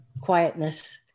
quietness